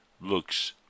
looks